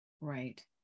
Right